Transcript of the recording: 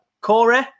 Corey